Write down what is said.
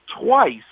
twice